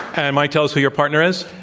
and, mike, tell us who your partner is.